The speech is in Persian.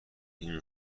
این